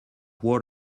what